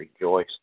rejoice